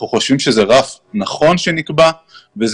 ואנחנו חושבים שזה רף נכון כפי שהוא נקבע וזה